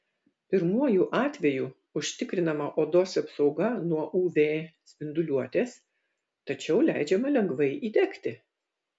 pirmuoju atveju užtikrinama odos apsauga nuo uv spinduliuotės tačiau leidžiama lengvai įdegti